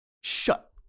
Shut